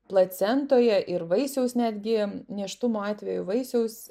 placentoje ir vaisiaus netgi nėštumo atveju vaisiaus